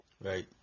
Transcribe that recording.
Right